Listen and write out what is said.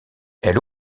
elle